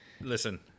Listen